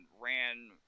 ran –